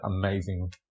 amazing